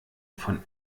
von